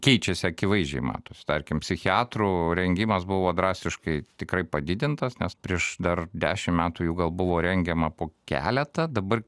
keičiasi akivaizdžiai matosi tarkim psichiatrų rengimas buvo drastiškai tikrai padidintas nes prieš dar dešim metų gal buvo rengiama po keleta dabar